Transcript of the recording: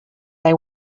they